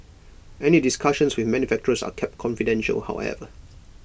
any discussions with manufacturers are kept confidential however